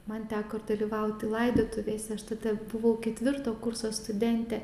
man teko ir dalyvauti laidotuvėse aš tada buvau ketvirto kurso studentė